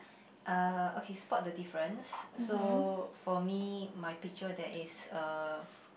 uh okay spot the difference so for me my picture there is a